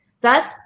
Thus